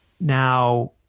Now